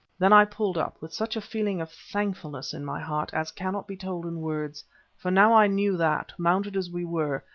then i pulled up, with such a feeling of thankfulness in my heart as cannot be told in words for now i knew that, mounted as we were,